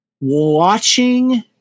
Watching